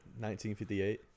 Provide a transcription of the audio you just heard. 1958